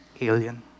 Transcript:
alien